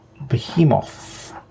Behemoth